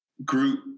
group